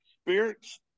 spirits